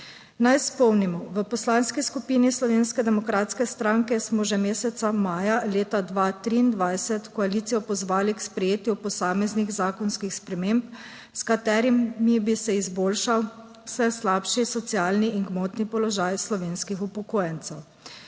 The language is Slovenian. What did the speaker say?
Naj spomnimo, v Poslanski skupini Slovenske demokratske stranke smo že meseca maja leta 2023 koalicijo pozvali k sprejetju posameznih zakonskih sprememb, s katerimi bi se izboljšal vse slabši socialni in gmotni položaj slovenskih upokojencev.